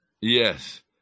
Yes